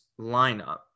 lineup